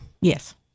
Yes